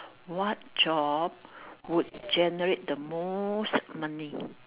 what job would generate the most money